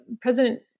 president